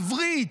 עברית.